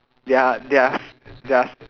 their their's their's